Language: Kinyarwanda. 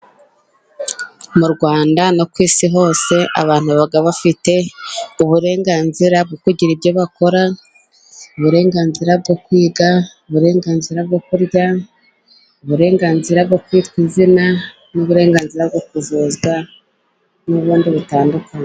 Mu Rwanda no ku isi hose abantu baba bafite uburenganzira bwo kugira ibyo bakora, uburenganzira bwo kwiga, uburenganzira bwo kurya, uburenganzira bwo kwitwa izina n'uburenganzira bwo kuvuzwa, n'ubundi butandukanye.